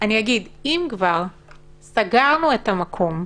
אם כבר סגרנו את המקום,